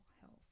health